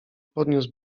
podniósł